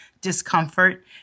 discomfort